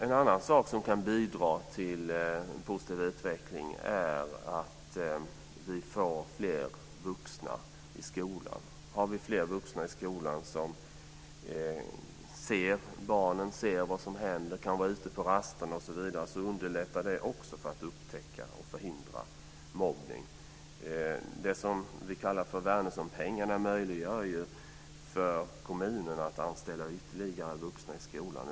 En annan sak som kan bidra till en positiv utveckling är att vi får fler vuxna i skolan. Om vi har fler vuxna i skolan som ser barnen och ser vad som händer och som kan vara ute på rasterna osv. underlättar det att man upptäcker och förhindrar mobbning. Det som vi kallar för Wärnerssonpengarna möjliggör för kommunerna att anställa ytterligare vuxna i skolan.